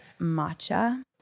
matcha